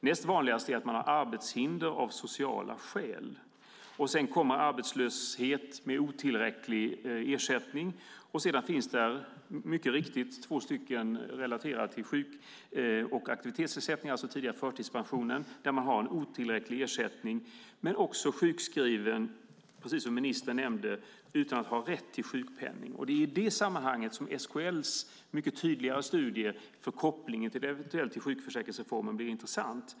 Näst vanligast är att man har arbetshinder av sociala skäl, och sedan kommer arbetslöshet med otillräcklig ersättning. Dessutom finns där mycket riktigt två anledningar relaterade till sjuk och aktivitetsersättning, alltså den tidigare förtidspensionen, där man har en otillräcklig ersättning men också sjukskrivning, precis som ministern nämnde, utan att ha rätt till sjukpenning. Det är i det sammanhanget SKL:s mycket tydliga studie om eventuell koppling till sjukförsäkringsreformen blir intressant.